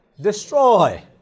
destroy